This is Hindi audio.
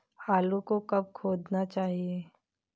आलू को कब खोदना चाहिए?